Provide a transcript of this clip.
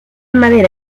madera